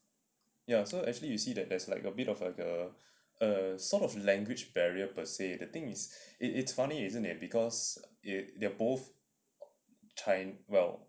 ya so actually you see that there's like a bit like of a a sort of language barrier per se the thing is it it's funny isn't it because it they're both time well